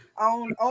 On